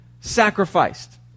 sacrificed